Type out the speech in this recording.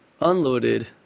unloaded